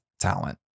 talent